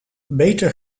beter